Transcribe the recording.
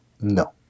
No